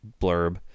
blurb